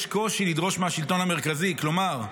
יש קושי לדרוש מהשלטון המרכזי, כלומר,